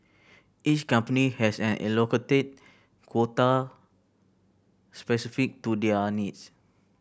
each company has an allocated quota specific to their needs